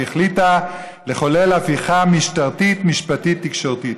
והחליטה לחולל הפיכה משטרתית משפטית תקשורתית.